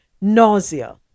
Nausea